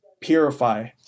purify